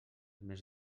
més